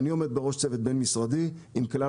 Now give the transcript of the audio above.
אני עומד בראש צוות בין משריד עם כלל